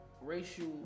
racial